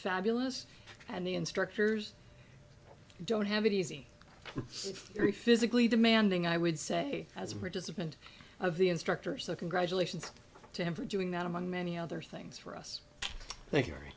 fabulous and the instructors don't have it easy very physically demanding i would say as a participant of the instructor so congratulations to him for doing that among many other things for us